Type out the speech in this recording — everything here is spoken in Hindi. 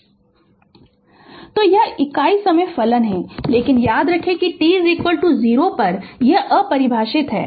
Refer Slide Time 2708 तो यह इकाई समय फलन है लेकिन याद रखें कि t 0 पर यह अपरिभाषित है